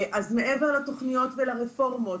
אז מעבר לתכניות ולרפורמות.